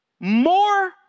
more